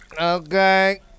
okay